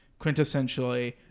quintessentially